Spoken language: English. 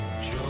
joy